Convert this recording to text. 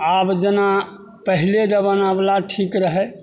आब जेना पहिले जमानावला ठीक रहै